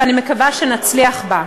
ואני מקווה שנצליח בה.